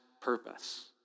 purpose